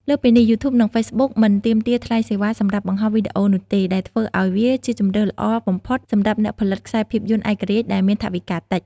លើសពីនេះ យូធូបនិងហ្វេសប៊ុកមិនទាមទារថ្លៃសេវាសម្រាប់បង្ហោះវីដេអូនោះទេ ដែលធ្វើឲ្យវាជាជម្រើសល្អបំផុតសម្រាប់អ្នកផលិតខ្សែភាពយន្តឯករាជ្យដែលមានថវិកាតិច។